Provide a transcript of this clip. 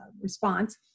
response